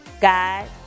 God